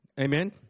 Amen